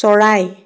চৰাই